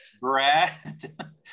Brad